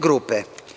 grupe.